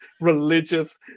religious